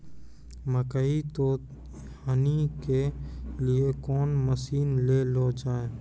मकई तो हनी के लिए कौन मसीन ले लो जाए?